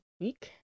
week